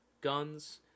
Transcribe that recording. guns